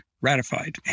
ratified